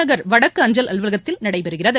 நகர் வடக்கு அஞ்சல் அலுவலகத்தில் நடைபெறுகிறது